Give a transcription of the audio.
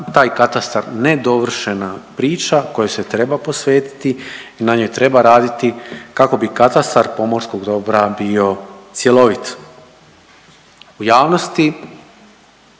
taj katastar nedovršena priča kojoj se treba posvetiti i na njoj treba raditi kako bi katastar pomorskog dobra bio cjelovit. U javnosti